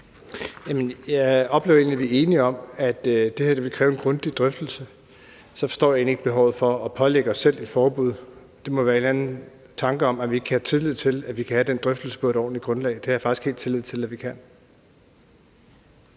Jeg oplever egentlig, at vi er enige om, at det her vil kræve en grundig drøftelse, så jeg forstår egentlig ikke behovet for at pålægge os selv et forbud. Det må være en eller anden tanke om, at vi kan have tillid til, at vi kan have den drøftelse på et ordentligt grundlag. Det har jeg faktisk helt tillid til at vi kan.